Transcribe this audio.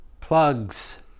plugs